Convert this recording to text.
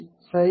0